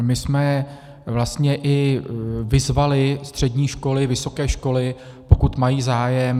My jsme vlastně i vyzvali střední školy, vysoké školy, pokud mají zájem.